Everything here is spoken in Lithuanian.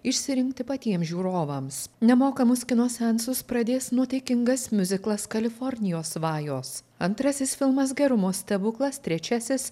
išsirinkti patiem žiūrovams nemokamus kino seansus pradės nuotaikingas miuziklas kalifornijos svajos antrasis filmas gerumo stebuklas trečiasis